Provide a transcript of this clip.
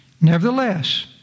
Nevertheless